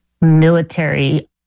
military